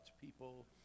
people